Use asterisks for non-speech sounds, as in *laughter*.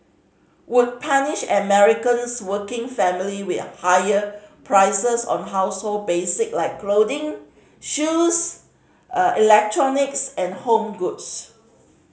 would punish Americans working families with higher prices on household basic like clothing shoes *hesitation* electronics and home goods